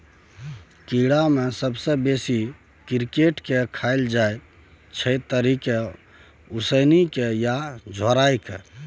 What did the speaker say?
कीड़ा मे सबसँ बेसी क्रिकेट केँ खाएल जाइ छै तरिकेँ, उसनि केँ या झोराए कय